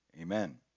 Amen